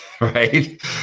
right